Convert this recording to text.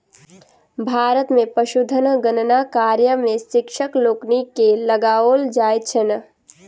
भारत मे पशुधन गणना कार्य मे शिक्षक लोकनि के लगाओल जाइत छैन